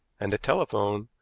and the telephone,